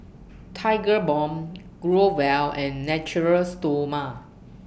Tigerbalm Growell and Natura Stoma